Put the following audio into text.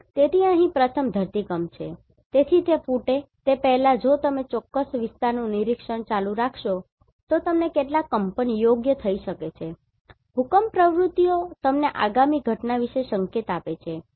તેથી અહીં પ્રથમ ધરતીકંપ છે તેથી તે ફૂટે તે પહેલાં જો તમે તે ચોક્કસ વિસ્તારનું નિરીક્ષણ ચાલુ રાખશો તો તમને કેટલાક કંપન યોગ્ય થઈ શકે છે ભૂકંપ પ્રવૃત્તિઓ તમને આગામી ઘટના વિશે સંકેત આપી શકે છે